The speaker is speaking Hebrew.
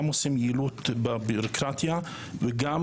גם עושים יעילות בבירוקרטיה וגם,